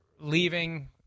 leaving